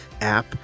app